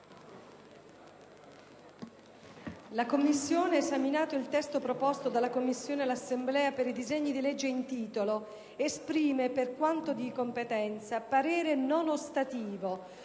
1ª Commissione permanente, esaminato il testo proposto dalla Commissione all'Assemblea per i disegni di legge in titolo, esprime, per quanto di competenza, parere non ostativo,